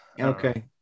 okay